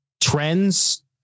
trends